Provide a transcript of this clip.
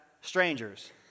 strangers